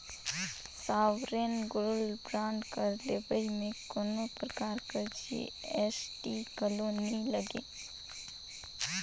sovereign gold bond कर लेवई में कोनो परकार कर जी.एस.टी घलो नी लगे